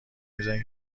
میزنه